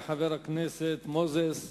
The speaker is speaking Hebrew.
תודה לחבר הכנסת מוזס.